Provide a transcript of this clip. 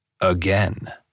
again